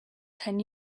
ten